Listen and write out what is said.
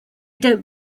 don’t